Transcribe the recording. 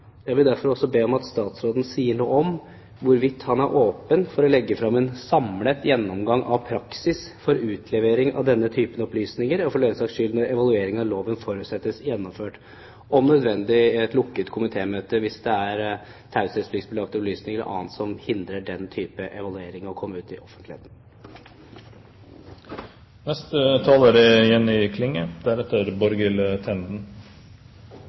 Jeg vil derfor også be om at statsråden sier noe om hvorvidt han er åpen for å legge frem en samlet gjennomgang av praksis for utlevering av denne typen opplysninger eller for den saks skyld når evaluering av loven forutsettes gjennomført, om nødvendig i et lukket komitémøte hvis det er taushetspliktbelagte opplysninger eller annet som hindrer den typen evaluering å komme ut i